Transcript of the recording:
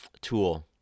tool